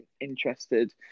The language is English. interested